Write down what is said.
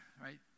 right